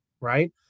right